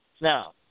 Now